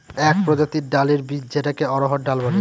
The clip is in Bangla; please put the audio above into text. এক প্রজাতির ডালের বীজ যেটাকে অড়হর ডাল বলে